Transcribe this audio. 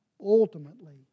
Ultimately